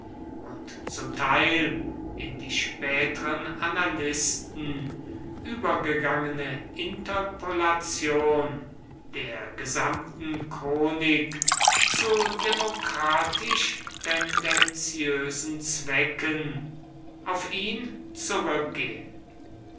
und zum teil in die späteren annalisten übergegangene interpolation der gesamten chronik zu demokratisch tendenziösen zwecken auf ihn zurückgehen